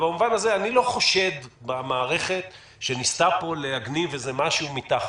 במובן הזה אני לא חושד במערכת שניסתה פה להגניב משהו מתחת.